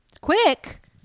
quick